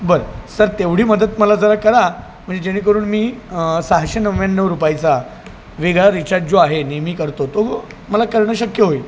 बरं सर तेवढी मदत मला जरा करा म्हणजे जेणेकरून मी सहाशे नव्याण्णव रुपयाचा वेगळा रिचार्ज जो आहे नेहमी करतो तो मला करणं शक्य होईल